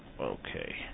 Okay